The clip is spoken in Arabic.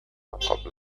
قبل